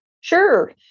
Sure